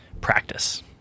practice